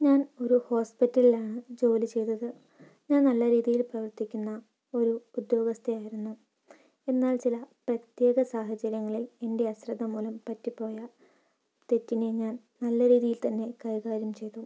ഞാൻ ഒരു ഹോസ്പിറ്റലിൽ ആണ് ജോലി ചെയ്യുന്നത് ഞാൻ നല്ല രീതിയിൽ പ്രവർത്തിക്കുന്ന ഒരു ഉദ്യോഗസ്ഥയായിരുന്നു എന്നാൽ ചില പ്രത്യേക സാഹചര്യങ്ങളിൽ എൻ്റെ അശ്രദ്ധ മൂലം പറ്റിപ്പോയ തെറ്റിനെ ഞാൻ നല്ല രീതിയിൽ തന്നെ കൈകാര്യം ചെയ്തു